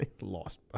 lost